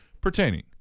pertaining